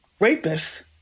rapists